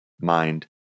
mind